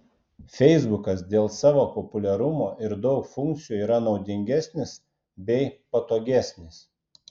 feisbukas dėl savo populiarumo ir daug funkcijų yra naudingesnis bei patogesnis